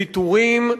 ויתורים,